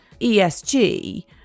ESG